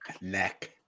neck